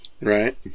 Right